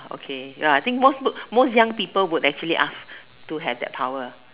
okay ya I think most book most young people will actually ask to have that power ya